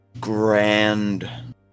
grand